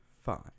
five